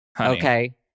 okay